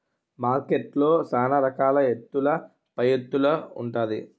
మార్కెట్లో సాన రకాల ఎత్తుల పైఎత్తులు ఉంటాది